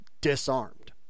disarmed